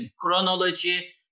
chronology